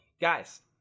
Guys